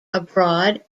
abroad